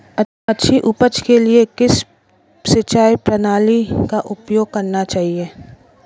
अच्छी उपज के लिए किस सिंचाई प्रणाली का उपयोग करना चाहिए?